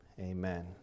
Amen